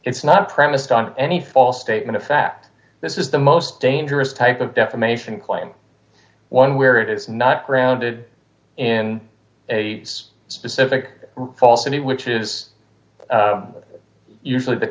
it's not premised on any false statement of fact this is the most dangerous type of defamation claim one where it is not grounded in a specific falsity which is usually the